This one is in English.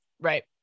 Right